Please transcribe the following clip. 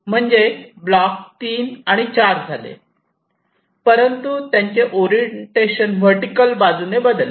म्हणजे ब्लॉक ती आणि चार झाले परंतु त्यांचे ओरिएंटेशन वर्टीकल बाजूने बदलले